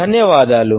ధన్యవాదాలు